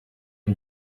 ari